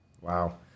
Wow